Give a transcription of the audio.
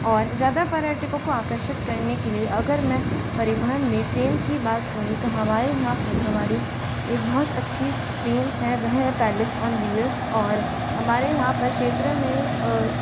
और ज़्यादा पर्यटकों को आकर्षित करने के लिए अगर मैं परिवहन में ट्रेन की बात करूँ तो हमारे यहाँ पर हमारी एक बहुत अच्छी ट्रेन है वह है पैलेस ऑन व्हील्स और हमारे यहाँ पर क्षेत्र में